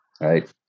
right